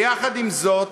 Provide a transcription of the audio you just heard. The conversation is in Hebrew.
עם זאת,